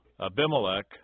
Abimelech